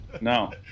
No